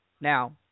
Now